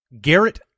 Garrett